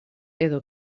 edo